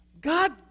God